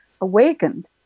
awakened